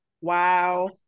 wow